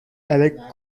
alec